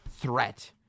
threat